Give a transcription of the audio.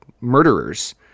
murderers